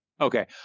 Okay